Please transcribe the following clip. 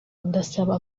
ndasaba